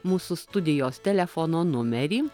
mūsų studijos telefono numerį